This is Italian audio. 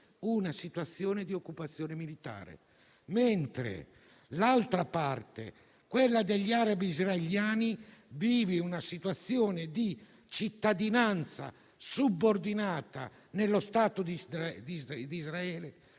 una situazione di occupazione militare, mentre l'altra parte, quella degli arabi israeliani, vive una situazione di cittadinanza subordinata nello Stato di Israele,